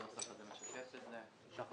כך זה משקף את זה.